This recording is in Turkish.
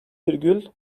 virgül